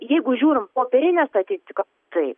jeigu žiūrim popierinę statistiką taip